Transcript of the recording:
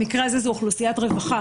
במקרה הזה זו אוכלוסיית רווחה,